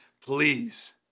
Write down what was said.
please